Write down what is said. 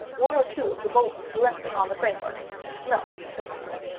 one or two of the boldest leaped upon the frame-work, and smelt at the surcingle.